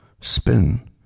Spin